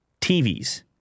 TVs